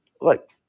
Look